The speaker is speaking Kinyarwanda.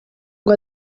ngo